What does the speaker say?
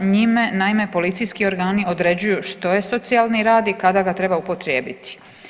Njime naime policijski organi određuju što je socijalni rad i kada ga treba upotrijebiti.